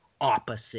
opposite